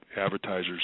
advertisers